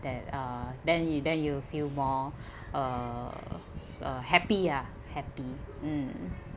that uh then you then you feel more uh uh happy ah happy mm